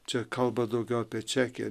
čia kalba daugiau apie čekiją